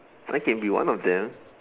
I can be one of them